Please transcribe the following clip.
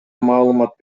маалымат